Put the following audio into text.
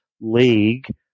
league